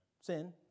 sin